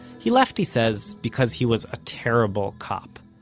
he left, he says, because he was a terrible cop.